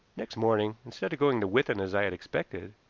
next morning, instead of going to withan as i had expected,